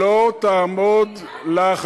תגיד מה הנתונים.